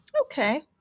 Okay